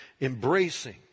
embracing